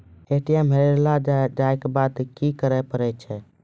ATM खोजे जाने पर क्या करें?